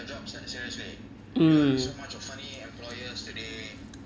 mm